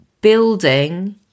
building